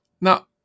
Now